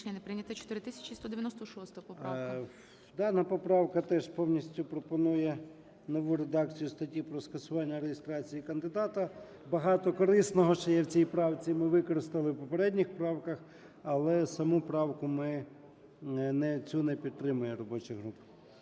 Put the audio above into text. Дана поправка теж повністю пропонує нову редакцію статті про скасування реєстрації і кандидата. Багато корисного, що є в цій правці, ми використали в попередніх правках. Але саму правку ми... цю не підтримує робоча група.